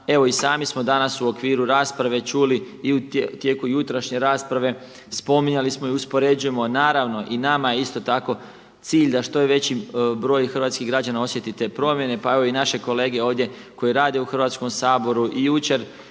Evo i sami smo danas u okviru rasprave čuli i u tijeku jutrašnje rasprave spominjali smo i uspoređujemo. Naravno, i nama je isto tako cilj da što veći broj hrvatskih građana osjeti te promjene, pa evo i naše kolege ovdje koji rade u Hrvatskom saboru. I jučer,